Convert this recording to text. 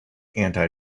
anti